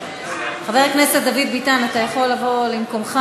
חבר הכנסת דוד ביטן, אתה יכול לבוא למקומך.